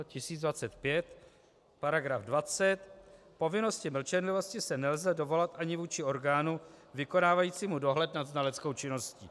1025, § 20 povinnosti mlčenlivosti se nelze dovolat ani vůči orgánu vykonávajícímu dohled nad znaleckou činností.